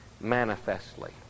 manifestly